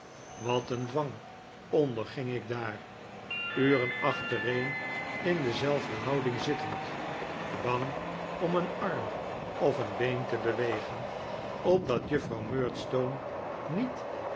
wat een dwang onderging ik daar uren achtereen in dez elfde houding zittend bang om een arm of en been te bewegen opdat juffrouw murdstone niet